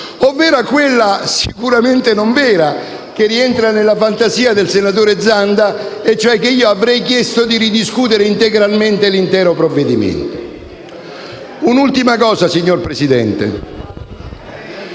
a quella, sicuramente non vera e che rientra nella fantasia del senatore Zanda, ossia che io avrei chiesto di ridiscutere integralmente l'intero provvedimento. Un'ultima cosa, signor Presidente.